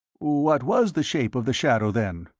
what was the shape of the shadow, then?